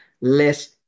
less